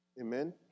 Amen